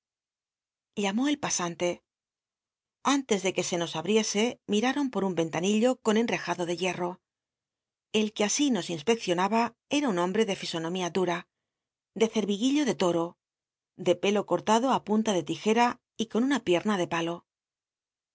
llamó el pasante antes cnlanillo aon por un y ele que se nos abriese miraron por un ventanillo con enrejado de hiel'l'o el que así nos inspeccionaba era un hombre de fisonomía de cerviguillo de toro de pelo cortado tí punta de lijcj a y ron una pierna de palo